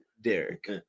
Derek